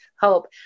hope